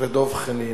ודב חנין,